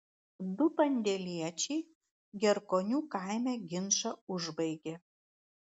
du pandėliečiai gerkonių kaime ginčą užbaigė